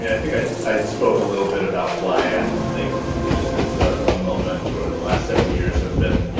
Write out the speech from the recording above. and i think i i spoke a little bit about why i think this is a moment, or the last several years have been